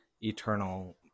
eternal